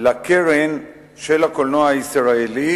לקרן הקולנוע הישראלי,